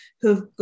who've